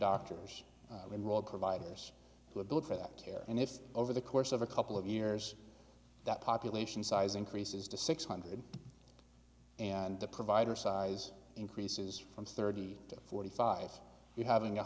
doctors enroll providers who have looked for that care and if over the course of a couple of years that population size increases to six hundred and the provider size increases from thirty to forty five you having